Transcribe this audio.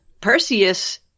Perseus